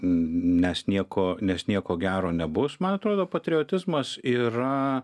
nes nieko nes nieko gero nebus man atrodo patriotizmas yra